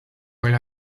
while